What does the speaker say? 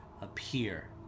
appear